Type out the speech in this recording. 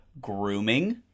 grooming